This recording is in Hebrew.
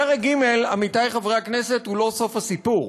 פרק ג', עמיתי חברי הכנסת, הוא לא סוף הסיפור,